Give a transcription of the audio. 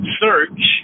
search